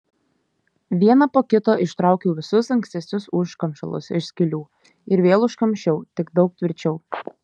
vieną po kito ištraukiau visus ankstesnius užkamšalus iš skylių ir vėl užkamšiau tik daug tvirčiau